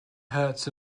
hurts